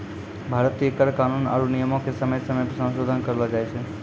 भारतीय कर कानून आरु नियमो के समय समय पे संसोधन करलो जाय छै